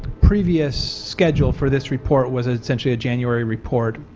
previous schedule for this report was essentially a january report,